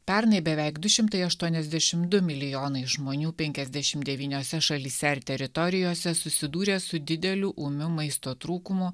pernai beveik du šimtai aštuoniasdešim du milijonai žmonių penkiasdešim devyniose šalyse ar teritorijose susidūrė su dideliu ūmiu maisto trūkumu